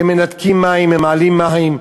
שמנתקים מים ומעלים מחירי מים,